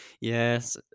Yes